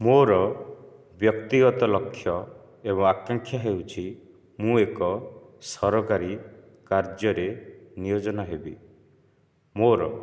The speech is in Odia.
ମୋର ବ୍ୟକ୍ତିଗତ ଲକ୍ଷ୍ୟ ଏବଂ ଆକାଂକ୍ଷା ହେଉଛି ମୁଁ ଏକ ସରକାରୀ କାର୍ଯ୍ୟରେ ନିୟୋଜନ ହେବି ମୋର